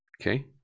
Okay